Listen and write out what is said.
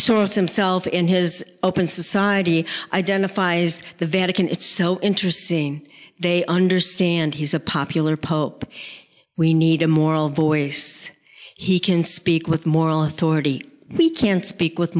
source himself and his open society identifies the vatican it's so interesting they understand he's a popular pope we need a moral voice he can speak with moral authority we can speak with